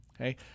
Okay